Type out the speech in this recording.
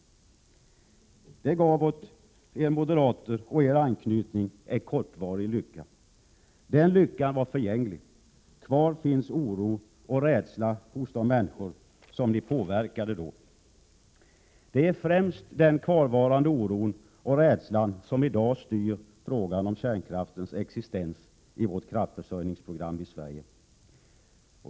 Den gav åt er moderater och er anknytning en kortvarit lycka. Den lyckan var alltså förgänglig. Kvar finns oro och rädsla hos de människor som ni påverkade då. Det är främst den kvarvarande oron och rädslan som i dag styr frågan om kärnkraftens existens i vårt kraftförsörjningsprogram i Sverige.